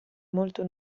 molto